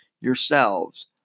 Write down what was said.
yourselves